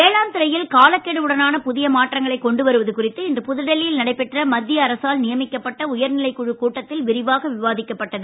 வேளாண் துறையில் காலக்கெடு உடனான புதிய மாற்றங்களைக் கொண்டு வருவது குறித்து இன்று புதுடில்லியில் நடைபெற்ற மத்திய அரசால் நியமிக்கப்பட்ட உயர்நிலைக் குழுக் கூட்டத்தில் விரிவாக விவாதிக்கப்பட்டது